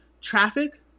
Traffic